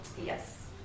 Yes